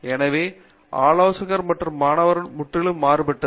எனவே ஆலோசகர் மற்றும் மாணவர்களிடமிருந்து முற்றிலும் மாறுபட்டது